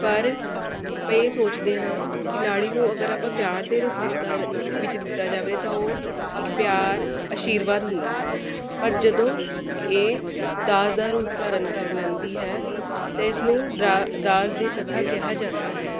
ਪਰ ਇਹ ਸੋਚਦੇ ਹਾਂ ਕਿ ਲਾੜੀ ਨੂੰ ਅਗਰ ਆਪਾਂ ਪਿਆਰ ਦੇ ਵਿੱਚ ਦਿੱਤਾ ਜਾਵੇ ਤਾਂ ਉਹ ਇੱਕ ਪਿਆਰ ਆਸ਼ੀਰਵਾਦ ਹੁੰਦਾ ਹੈ ਪਰ ਜਦੋਂ ਇਹ ਦਾਜ ਦਾ ਰੂਪ ਧਾਰਨ ਕਰ ਲੈਂਦੀ ਹੈ ਤੇ ਇਸਨੂੰ ਦਾਜ ਦੀ ਪ੍ਰਥਾ ਕਿਹਾ ਜਾਂਦਾ ਹੈ